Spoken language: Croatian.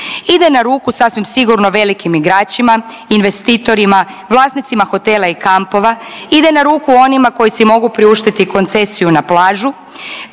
Ide na ruku sasvim sigurno velikim igračima, investitorima, vlasnicima hotela i kampova. Ide na ruku onima koji si mogu priuštiti koncesiju na plažu,